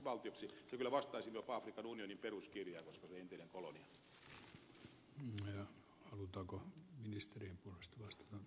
se kyllä vastaisi jopa afrikan unionin peruskirjaa koska se on entinen kolonia